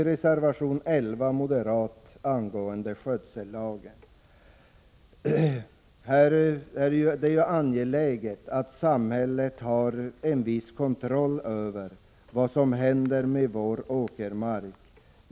Reservation 11 från moderaterna tar upp skötsellagen. Det är angeläget att samhället har en viss kontroll över vad som händer med vår åkermark.